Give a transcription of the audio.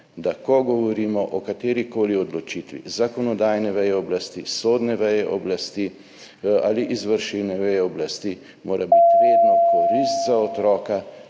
Da ko govorimo o katerikoli odločitvi zakonodajne veje oblasti, sodne veje oblasti ali izvršilne veje oblasti, mora biti vedno korist za otroka